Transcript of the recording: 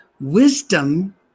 Wisdom